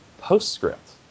PostScript